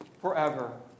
forever